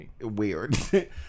weird